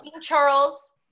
Charles